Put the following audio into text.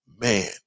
man